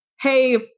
hey